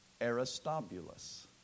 Aristobulus